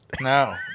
No